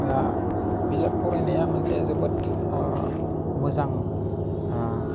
बिजाब फरायनाया मोनसे जोबोद मोजां